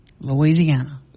Louisiana